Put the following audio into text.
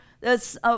thats